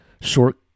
short